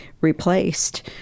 replaced